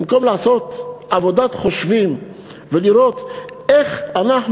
במקום לעשות חושבים ולראות איך אנחנו